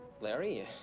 larry